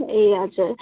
ए हजुर